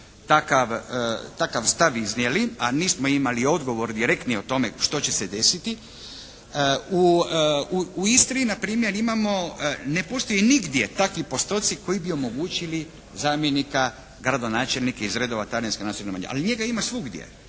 takav stav iznijeli, a nismo imali odgovor direktni o tome što će se desiti. U Istri npr. imamo, ne postoje nigdje takvi postoci koji bi omogućili zamjenika gradonačelnika iz redova talijanske manjine, ali njega ima svugdje.